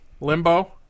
Limbo